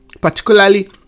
particularly